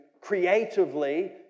creatively